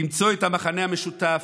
למצוא את המכנה המשותף,